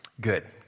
Good